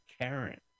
Karen